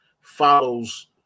follows